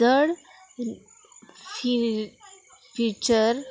जड फि फिचर